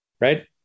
right